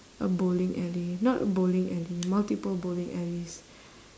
a bowling alley not a bowling alley multiple bowling alleys